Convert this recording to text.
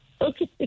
Okay